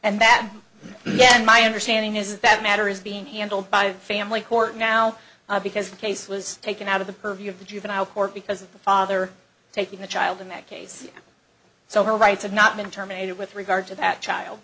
and that yet my understanding is that matter is being handled by the family court now because the case was taken out of the purview of the juvenile court because the father taking the child in that case so her rights have not been terminated with regard to that child